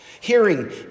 Hearing